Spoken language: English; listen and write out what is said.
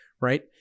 right